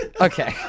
okay